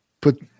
put